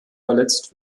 verletzt